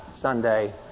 Sunday